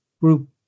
group